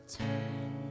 turn